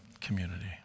community